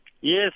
Yes